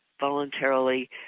voluntarily